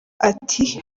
ati